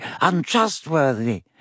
untrustworthy